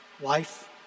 life